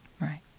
right